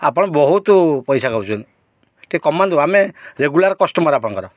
ଆପଣ ବହୁତ ପଇସା କହୁଛନ୍ତି ଟିକିଏ କମାନ୍ତୁ ଆମେ ରେଗୁଲାର କଷ୍ଟମର ଆପଣଙ୍କର